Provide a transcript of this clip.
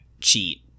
cheat